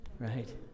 Right